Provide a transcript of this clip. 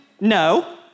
no